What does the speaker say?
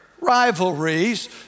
rivalries